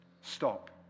Stop